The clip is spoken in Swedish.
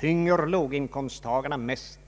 tynger låginkomsttagarna mest.